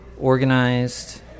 organized